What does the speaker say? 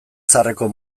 zaharreko